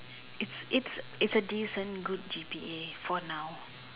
it's it's it's a decent good G_P_A for now